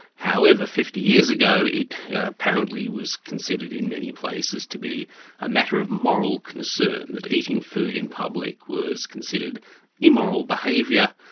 however, fifty years ago, it apparently was considered in many places to be a matter of moral concern, that eating food in public was considered immoral behavior,